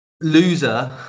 Loser